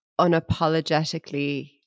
unapologetically